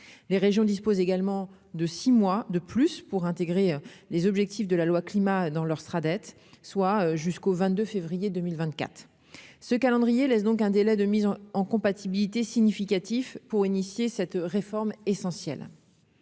les régions disposent également de 6 mois de plus pour intégrer les objectifs de la loi climat dans leur sera dette soit jusqu'au 22 février 2000 vingt-quatre ce calendrier laisse donc un délai de mise en compatibilité significatif pour initier cette réforme est essentielle,